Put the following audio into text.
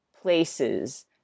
places